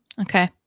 Okay